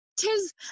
Tis